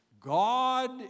God